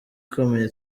ikomeye